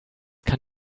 kann